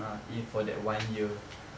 ah if for that one year